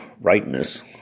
rightness